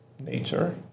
nature